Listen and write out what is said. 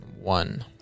One